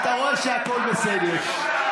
אתה רואה שהכול בסדר.